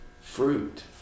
fruit